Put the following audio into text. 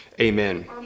Amen